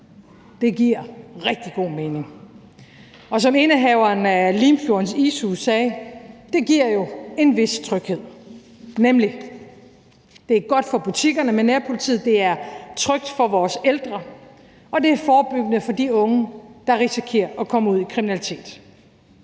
Det giver rigtig god mening. Og som indehaveren af Limfjordens Ishus sagde: Det giver jo en vis tryghed. Det er nemlig godt for butikkerne med nærpolitiet, det gør det trygt for vores ældre, og det er forebyggende for de unge, der risikerer at komme ud i kriminalitet.